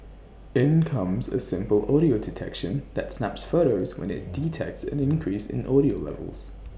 in comes A simple audio detection that snaps photos when IT detects an increase in audio levels